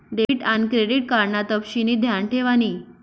debit आन credit card ना तपशिनी ध्यान ठेवानी